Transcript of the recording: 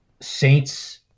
Saints